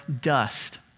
dust